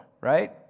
right